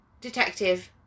detective